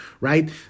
right